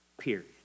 Period